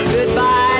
Goodbye